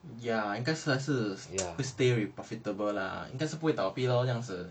ya 应该算是 stay with profitable lah 应该是不会倒闭咯这样子